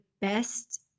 best